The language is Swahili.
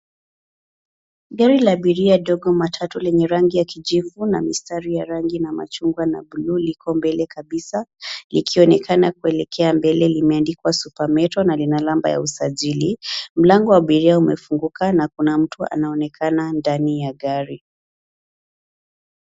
Gari la abiria ndogo matatu, lenye rangi ya kijivu na mistari ya rangi na machungwa na bluu, liko mbele kabisa. Likionekana kuelekea mbele, limeandikwa Super Metro na lina nambari ya usajili. Mlango wa abiria umefunguka, na kuna mtu anaonekana ndani ya gari.